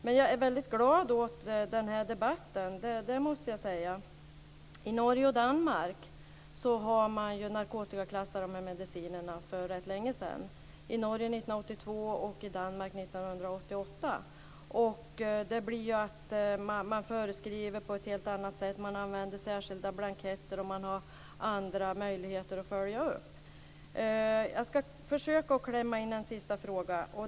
Men jag är väldigt glad åt den här debatten, det måste jag säga. I Norge och Danmark har man ju narkotikaklassat de här medicinerna för rätt länge sedan. I Norge gjorde man det 1982 och i Danmark 1988. Då blir det så att man föreskriver på ett helt annat sätt. Man använder särskilda blanketter, och man har andra möjligheter att följa upp. Jag ska försöka att klämma in en sista fråga.